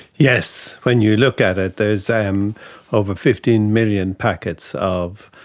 yes, when you look at it there is and over fifteen million packets of